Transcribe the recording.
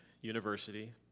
University